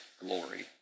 glory